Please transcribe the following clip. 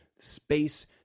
space